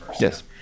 Yes